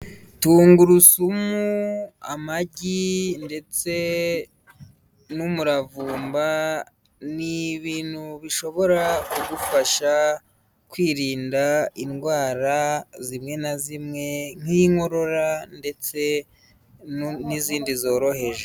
Tungurusumu, amagi, ndetse n'umuravumba, n'ibintu bishobora kugufasha kwirinda indwara zimwe na zimwe nk'inkorora ndetse n'izindi zoroheje.